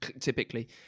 typically